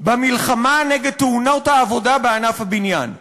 במלחמה נגד תאונות העבודה בענף הבניין?